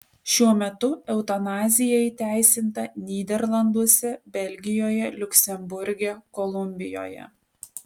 šiuo metu eutanazija įteisinta nyderlanduose belgijoje liuksemburge kolumbijoje